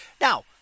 Now